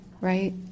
right